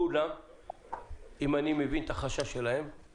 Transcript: וכי אם לא מתקיימים בלול התנאים הקבועים בתקנה 9(ב)(4)(ב)